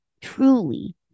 truly